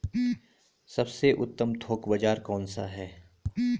सबसे उत्तम थोक बाज़ार कौन सा है?